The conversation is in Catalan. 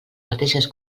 mateixes